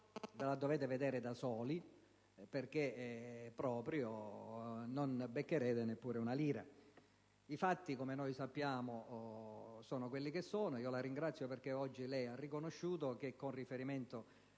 ce la dovevamo vedere da soli, perché proprio non avremmo preso neppure una lira. I fatti, come noi sappiamo, sono quelli che sono. La ringrazio perché oggi lei ha riconosciuto che, per quanto